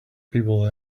people